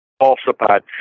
falsified